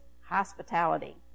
hospitality